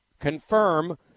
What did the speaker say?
confirm